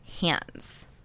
hands